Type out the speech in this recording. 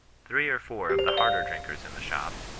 three or four of the harder drinkers in the shop,